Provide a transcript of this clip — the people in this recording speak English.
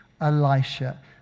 Elisha